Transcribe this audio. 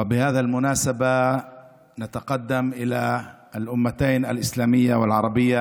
ואנו מאחלים לאומה האסלאמית ולאומה הערבית